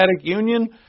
union